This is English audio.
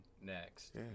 next